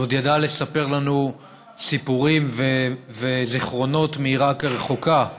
היא עוד ידעה לספר לנו סיפורים וזיכרונות מעיראק הרחוקה,